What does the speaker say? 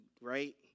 right